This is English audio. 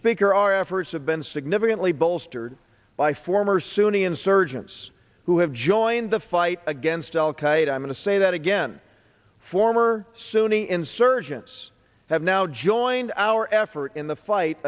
speaker our efforts have been significantly bolstered by former sunni insurgents who have joined the fight against al qaeda i'm going to say that again former sunni insurgents have now joined our effort in the fight